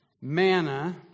manna